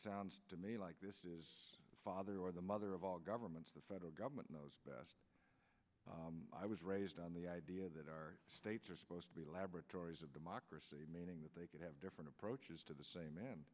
sounds to me like this is father or the mother of all governments the federal government knows best i was raised on the idea that our states are supposed to be the laboratories of democracy meaning that they can have different approaches to the same man